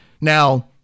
Now